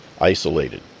isolated